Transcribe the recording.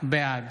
בעד